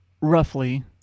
roughly